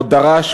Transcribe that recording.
או דרש,